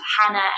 Hannah